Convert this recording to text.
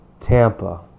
Tampa